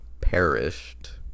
perished